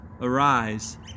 Arise